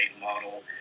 model